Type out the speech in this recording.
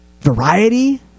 variety